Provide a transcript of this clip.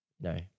No